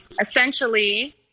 Essentially